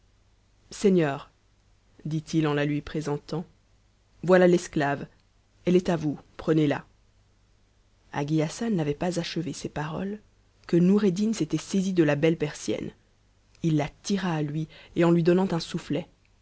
seigneur dit-il en la lui présentant voilà l'esclave elle t a vous prenez-la agi hassan n'avait pas achevé ces paroles que noureddin s'était saisi h e persienne il la tira à lui et en lui donnant un soufflet